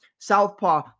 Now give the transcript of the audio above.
southpaw